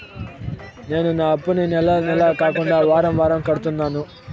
నేను నా అప్పుని నెల నెల కాకుండా వారం వారం కడుతున్నాను